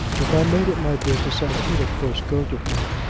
if i made it my business i could, of course, go to him,